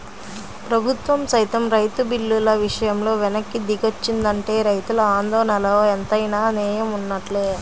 ప్రభుత్వం సైతం రైతు బిల్లుల విషయంలో వెనక్కి దిగొచ్చిందంటే రైతుల ఆందోళనలో ఎంతైనా నేయం వున్నట్లే